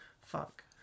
fuck